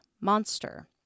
monster